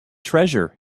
treasure